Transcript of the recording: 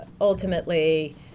ultimately